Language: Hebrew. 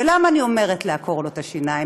ולמה אני אומרת "לעקור לו את השיניים"?